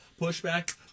pushback